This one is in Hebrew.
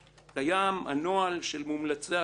קיים הנוהל של מומלצי אגודה.